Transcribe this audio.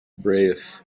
was